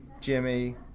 Jimmy